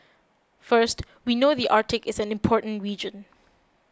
first we know the Arctic is an important region